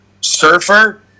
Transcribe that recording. surfer